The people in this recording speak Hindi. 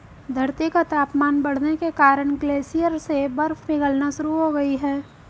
धरती का तापमान बढ़ने के कारण ग्लेशियर से बर्फ पिघलना शुरू हो गयी है